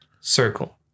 circle